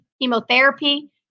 chemotherapy